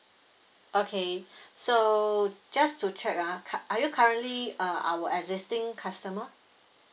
okay so just to check uh cut are you currently uh our existing customer